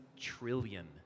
trillion